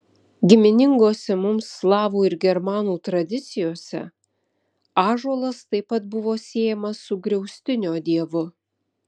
giminingose mums slavų ir germanų tradicijose ąžuolas taip pat buvo siejamas su griaustinio dievu